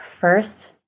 first